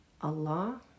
Allah